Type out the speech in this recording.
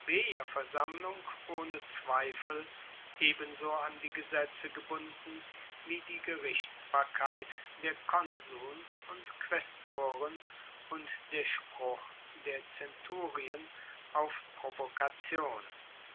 plebejerversammlung ohne zweifel ebenso an die gesetze gebunden wie die gerichtsbarkeit der konsuln und quaestoren und der spruch der zenturien auf provokation